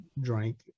drank